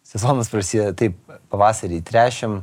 sezonas prasideda taip pavasarį tręšiam